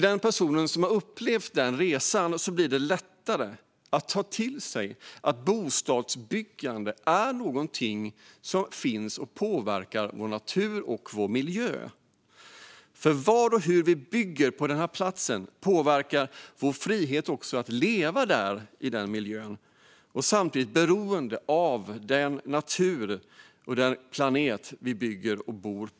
De personer som har upplevt den resan har lättare att ta till sig att bostadsbyggande är någonting som påverkar vår natur och vår miljö. Vad och hur vi bygger på en plats påverkar vår frihet att leva i den miljön. Vi är samtidigt beroende av planeten och den natur som vi bygger och bor i.